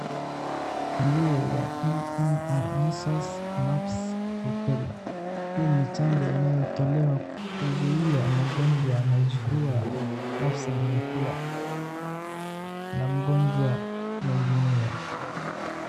Chanjo ya M-M-R Measles, Mumps, Rubella . Hii ni chanjo inayotolewa kuzuia magonjwa na zurua, Mumps and Rubella na magonjwa mengineyo.